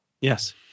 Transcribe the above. Yes